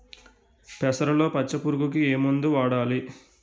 పెసరలో పచ్చ పురుగుకి ఏ మందు వాడాలి?